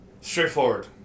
Straightforward